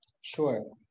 sure